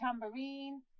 tambourine